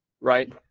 right